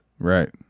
Right